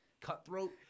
Cutthroat